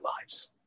lives